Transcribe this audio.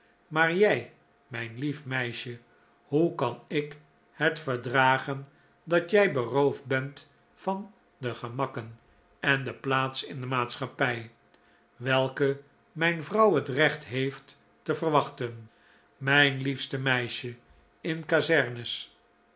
maar jij mijn lief meisje hoe kan ik het verdragen dat jij beroofd bent van de gemakken en de plaats in de maatschappij welke mijn vrouw het recht heeft te verwachten mijn liefste meisje in kazernes